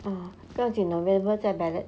oh 不用紧 november 再 ballot